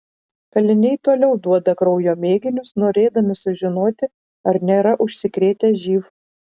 kaliniai toliau duoda kraujo mėginius norėdami sužinoti ar nėra užsikrėtę živ